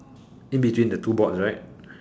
in between the two boards right